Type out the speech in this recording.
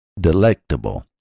delectable